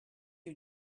you